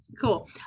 cool